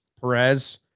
Perez